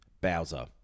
Bowser